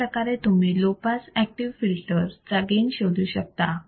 अशाप्रकारे तुम्ही low pass active filter चा गेन शोधू शकता